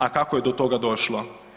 A kako je do toga došlo?